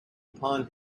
upon